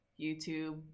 YouTube